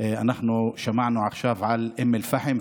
אנחנו שמענו עכשיו על אום אל-פחם,